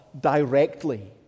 directly